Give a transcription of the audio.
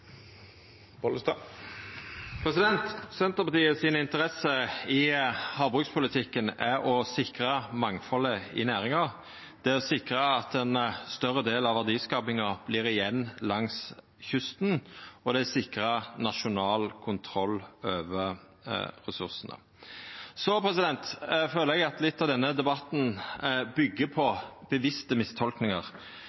punktet. Senterpartiet si interesse i havbrukspolitikken er å sikra mangfaldet i næringa, det er å sikra at ein større del av verdiskapinga vert igjen langs kysten, og det er å sikra nasjonal kontroll over ressursane. Eg føler at litt av denne debatten byggjer på